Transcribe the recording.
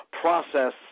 process